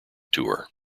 tour